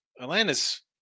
Atlanta's